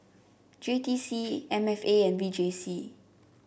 J T C M F A and V J C